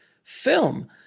film